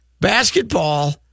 Basketball